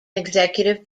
executive